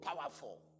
powerful